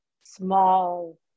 small